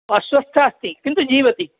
अस्वस्था अस्ति किन्तु जीवति